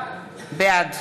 בעד